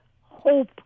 hope